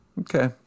Okay